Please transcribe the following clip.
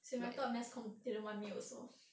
same I thought mass comm didn't want me also